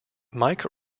mike